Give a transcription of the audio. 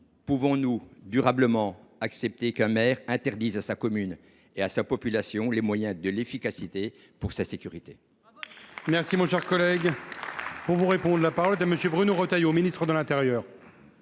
pouvons nous durablement accepter qu’un maire interdise à sa commune et à sa population les moyens de l’efficacité pour leur sécurité ?